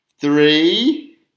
three